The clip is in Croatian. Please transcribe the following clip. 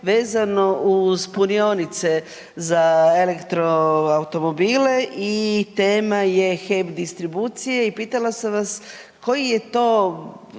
vezano uz punionice za elektro automobile i tema je HEP distribucije i pitala sam vas koji je to,